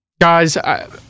guys